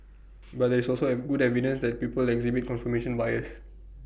but there is also at good evidence that people exhibit confirmation bias